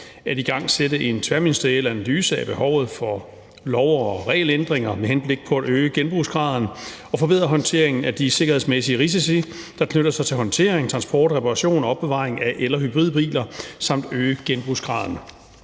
at igangsætte en tværministeriel analyse af behovet for lov- og regelændringer med henblik på at øge genbrugsgraden og forbedre håndteringen af de sikkerhedsmæssige risici, der knytter sig til håndtering, transport, reparation og opbevaring af el- og hybridbiler. Jeg har stor